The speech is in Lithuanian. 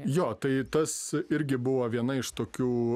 jo tai tas irgi buvo viena iš tokių